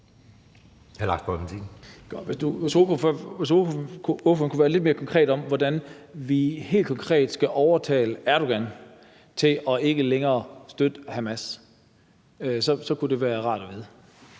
Hvis ordføreren kunne være lidt mere konkret omkring, hvordan vi helt konkret skal overtale Erdogan til ikke længere at støtte Hamas, så kunne det være rart at vide.